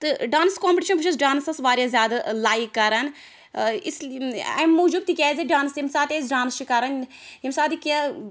تہٕ dance competition بہٕ چھَس ڈانسَس واریاہ زیادٕ لایک کران اِس اَمہِ موٗجوٗب تِکیٛازِ ڈانٕس ییٚمہِ ساتہٕ أسۍ ڈانٕس چھِ کران ییٚمہِ ساتہٕ یہِ کیٚنٛہہ